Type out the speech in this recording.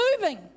moving